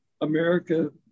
America